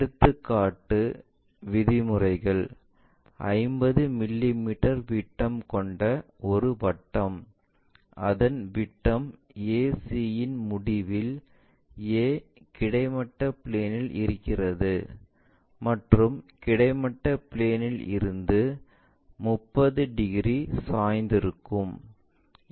எடுத்துக்காட்டின் விதிமுறைகள் 50 மிமீ விட்டம் கொண்ட ஒரு வட்டம் அதன் விட்டம் ac யின் முடிவில் a கிடைமட்ட பிளேன் இல் இருக்கின்றது மற்றும் கிடைமட்ட பிளேன் இல் இருந்து 30 டிகிரி சாய்ந்திருக்கும்